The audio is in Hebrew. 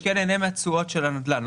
הוא משקיע לעניין התשואות של הנדל"ן,